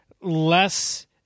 less